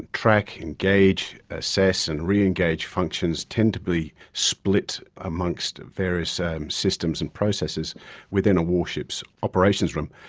track, engage, assess and re-engage functions tend to be split amongst various systems and processes within a warship's operations room,